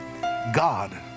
God